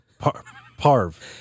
Parv